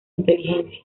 inteligencia